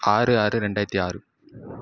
ஆறு ஆறு ரெண்டாயிரத்தி ஆறு